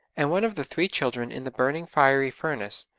and one of the three children in the burning fiery furnace,